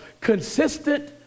consistent